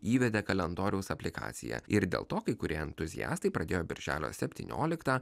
įvedė kalendoriaus aplikaciją ir dėl to kai kurie entuziastai pradėjo birželio septynioliktą